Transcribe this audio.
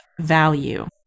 value